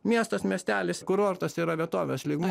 miestas miestelis kurortas yra vietovės lygmuo